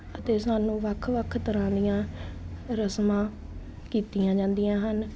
ਅਤੇ ਸਾਨੂੰ ਵੱਖ ਵੱਖ ਤਰ੍ਹਾਂ ਦੀਆਂ ਰਸਮਾਂ ਕੀਤੀਆਂ ਜਾਂਦੀਆਂ ਹਨ